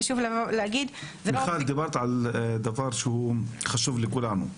חשוב להגיד --- דיברת על דבר שהוא חשוב לכולנו.